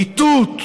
מיטוט,